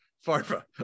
Farva